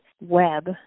web